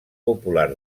popular